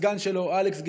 הסגן שלו אלכס גדלקין,